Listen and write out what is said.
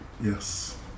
Yes